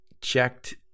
checked